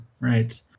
Right